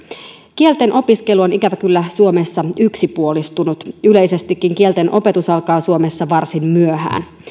kieltenopiskelu on ikävä kyllä suomessa yksipuolistunut yleisestikin kieltenopetus alkaa suomessa varsin myöhään